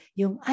yung